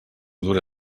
dure